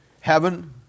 heaven